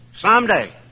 someday